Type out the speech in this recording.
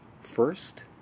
first